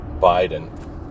Biden